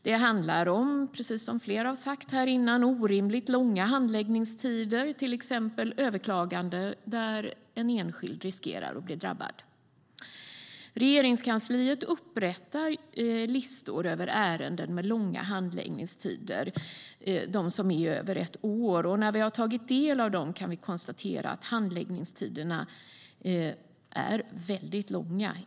Precis som flera har sagt här handlar det om orimligt långa handläggningstider vid till exempel överklagande där en enskild riskerar att bli drabbad. Regeringskansliet upprättar listor över ärenden med långa handläggningstider, de som är över ett år. När vi har tagit del av dem kan vi konstatera att handläggningstiderna ibland är väldigt långa.